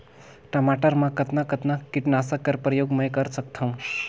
टमाटर म कतना कतना कीटनाशक कर प्रयोग मै कर सकथव?